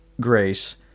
grace